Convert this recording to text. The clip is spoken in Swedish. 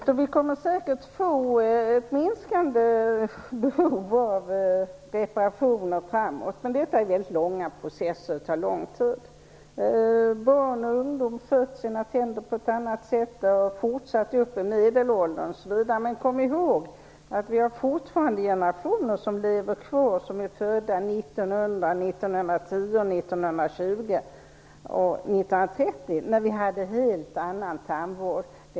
Fru talman! Det är alldeles riktigt. Vi kommer säkert att få minskande behov av reparationer framöver. Men det är väldigt långa processer, och det tar lång tid. Barn och ungdomar sköter sina tänder på ett annat sätt, och det fortsätter upp i medelåldern. Men kom ihåg att vi fortfarande har generationer som lever kvar och som är födda 1900, 1910, 1920 och 1930, när vi hade en helt annan tandvård.